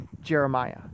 Jeremiah